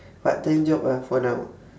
part-time job ah for now